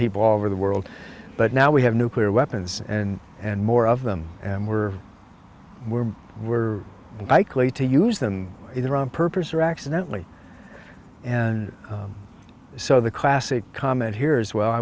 people all over the world but now we have nuclear weapons and and more of them and we're we're we're likely to use them either on purpose or accidentally and so the classic comment here is well i